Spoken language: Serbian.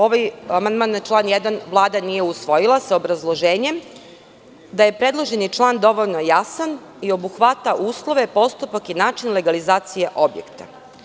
Ovaj amandman na član 1. Vlada nije usvojila sa obrazloženjem da je predloženi član dovoljno jasan i obuhvata uslove, postupak i način legalizacije objekta.